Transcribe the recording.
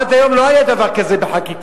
עד היום לא היה דבר כזה בחקיקה.